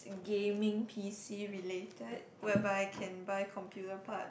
gaming p_c related whereby I can buy computer part